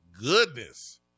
goodness